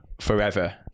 forever